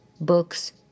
books